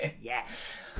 yes